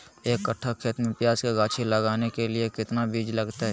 एक कट्ठा खेत में प्याज के गाछी लगाना के लिए कितना बिज लगतय?